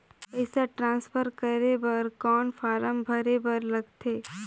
पईसा ट्रांसफर करे बर कौन फारम भरे बर लगथे?